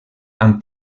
han